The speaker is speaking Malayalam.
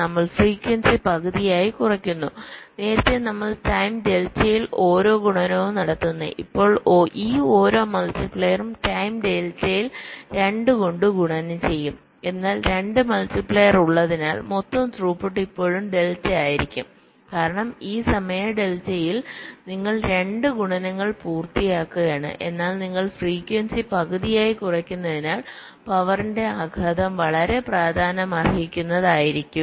നമ്മൾ ഫ്രീക്വൻസി പകുതിയായി കുറയ്ക്കുന്നു നേരത്തെ നമ്മൾ ടൈം ഡെൽറ്റയിൽ ഓരോ ഗുണനവും നടത്തുന്നു ഇപ്പോൾ ഈ ഓരോ മൾട്ടിപ്ലയറും ടൈം ഡെൽറ്റയിൽ 2 കൊണ്ട് ഗുണനം ചെയ്യും എന്നാൽ 2 മൾട്ടിപ്ലയർ ഉള്ളതിനാൽ മൊത്തം ത്രൂപുട്ട് ഇപ്പോഴും ഡെൽറ്റ ആയിരിക്കും കാരണം ഈ സമയ ഡെൽറ്റയിൽ നിങ്ങൾ 2 ഗുണനങ്ങൾ പൂർത്തിയാക്കുകയാണ് എന്നാൽ നിങ്ങൾ ഫ്രീക്വൻസി പകുതിയായി കുറയ്ക്കുന്നതിനാൽ പവറിന്റെ ആഘാതം വളരെ പ്രാധാന്യമർഹിക്കുന്നതായിരിക്കും